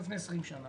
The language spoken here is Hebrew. לפני עשרים שנה.